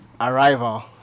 arrival